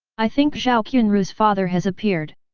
i think zhao qianru's father has appeared?